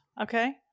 Okay